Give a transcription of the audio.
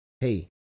hey